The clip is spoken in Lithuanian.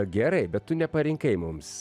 gerai bet tu neparinkai mums